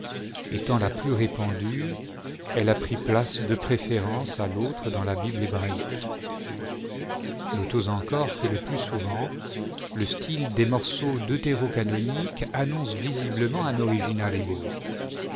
étant la plus répandue elle a pris place de préférence à l'autre dans la bible hébraïque notons encore que le plus souvent le style des morceaux deutérocanoniques annonce visiblement un oripinal hébreu